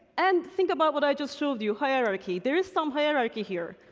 and think about what i just showed you, hierarchy. there is some hierarchy here.